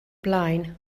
blaen